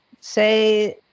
say